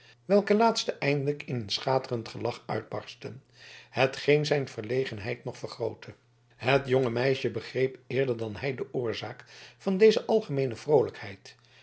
welke laatsten eindelijk in een schaterend gelach uitberstten hetgeen zijn verlegenheid nog vergrootte het jonge meisje begreep eerder dan hij de oorzaak van deze algemeene vroolijkheid